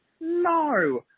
no